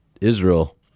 israel